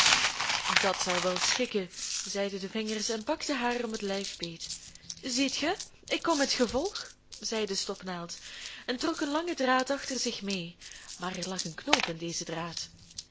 dat zal wel schikken zeiden de vingers en pakten haar om het lijf beet ziet ge ik kom met gevolg zei de stopnaald en trok een langen draad achter zich mee maar er lag een knoop in dezen draad